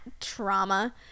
trauma